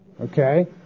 okay